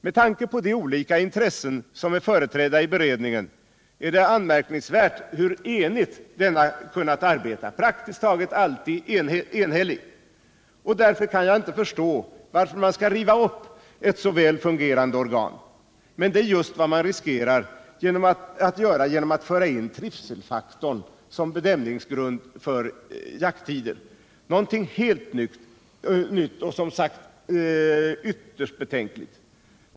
Med tanke på de olika intressen som är företrädda i be redningen är det anmärkningsvärt hur enigt denna kunnat arbeta — den har praktiskt taget alltid varit enhällig — och därför kan jag inte förstå, varför man skall riva upp ett så väl fungerande organ, men det är just vad man riskerar att göra genom att föra in trivselfaktorn som bedömningsgrund för jakttider — något helt nytt och som sagt ytterst betänkligt.